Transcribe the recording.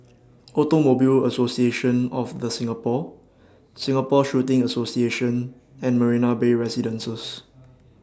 Automobile Association of The Singapore Singapore Shooting Association and Marina Bay Residences